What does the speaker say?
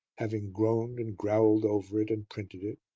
having groaned and growled over it and printed it,